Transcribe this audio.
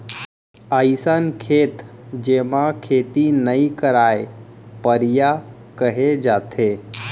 अइसन खेत जेमा खेती नइ करयँ परिया कहे जाथे